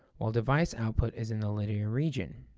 while device output is in the linear region.